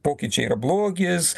pokyčiai yra blogis